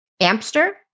Amster